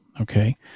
Okay